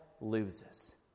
loses